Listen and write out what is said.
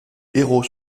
héros